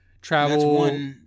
Travel